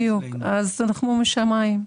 בדיוק, אז אנחנו משמיים.